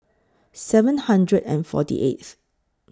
seven hundred and forty eighth